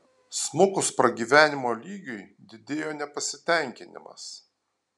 smukus pragyvenimo lygiui didėjo nepasitenkinimas